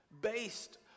based